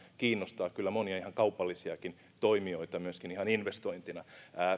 kiinnostaa kyllä monia ihan kaupallisiakin toimijoita myöskin ihan investointina